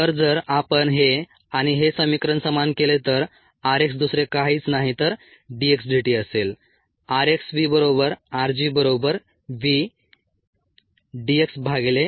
तर जर आपण हे आणि हे समीकरण समान केले तर r x दुसरे काहीच नाही तर d x dt असेल